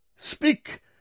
Speak